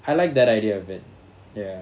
I like that idea of it ya